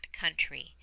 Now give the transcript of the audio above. country